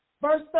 verse